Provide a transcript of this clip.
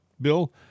Bill